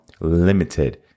limited